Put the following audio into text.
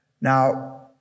Now